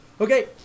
okay